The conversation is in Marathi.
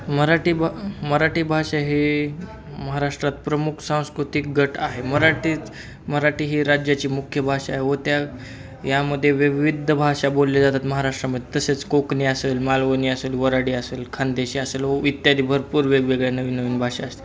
मराठी भा मराठी भाषा ही महाराष्ट्रात प्रमुख सांस्कृतिक गट आहे मराठीत मराठी ही राज्याची मुख्य भाषा आहे व त्या यामध्ये विविध भाषा बोलले जातात महाराष्ट्रामध्ये तसेच कोकणी असेल मालवणी असेल वर्हाडी असेल खानदेशी असेल व इत्यादी भरपूर वेगवेगळ्या नवीन नवीन भाषा असतात